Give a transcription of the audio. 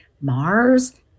Mars